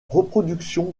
reproductions